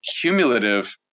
cumulative